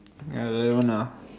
ya they like that one ah